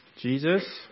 Jesus